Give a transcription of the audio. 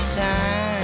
time